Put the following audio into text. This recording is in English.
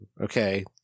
okay